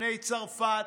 לפני צרפת,